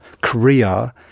Korea